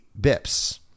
bips